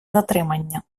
затримання